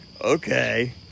okay